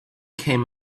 came